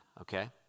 okay